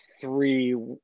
three